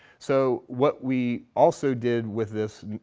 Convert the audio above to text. so what we also did with this